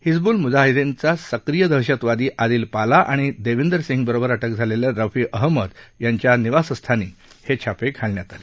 हिजबुल मुजाहिद्दीनचा सक्रीय दहशतवादी आदिल पाला आणि दविंदर सिंगबरोबर अटक झालेल्या रफी अहमद याच्या निवासस्थानी हे छापे घातले